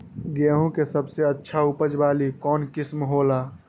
गेंहू के सबसे अच्छा उपज वाली कौन किस्म हो ला?